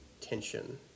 tension